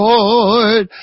Lord